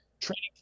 training